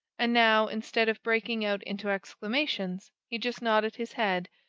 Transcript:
and now, instead of breaking out into exclamations, he just nodded his head,